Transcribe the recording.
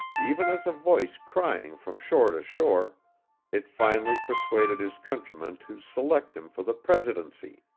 even as a voice crying from shore to shore it finally persuaded his countrymen to select him for the presidency.